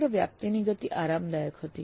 સમગ્ર વ્યાપ્તિની ગતિ આરામદાયક હતી